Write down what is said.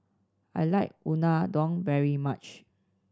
I like Unadon very much